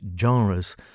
genres